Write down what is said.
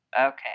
okay